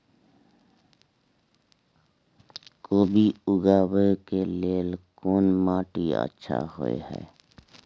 कोबी उगाबै के लेल कोन माटी अच्छा होय है?